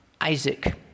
Isaac